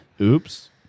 Oops